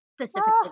specifically